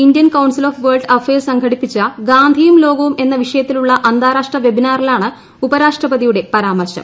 Indian Council of World Affairs സംഘടിപ്പിച്ച ഗാന്ധിയും ലോകവും എന്ന വിഷയത്തിലുള്ള അന്താരാഷ്ട്ര വെബിനാറിലാണ് ഉപരാഷ്ട്രപതിയുടെ പരാമർശം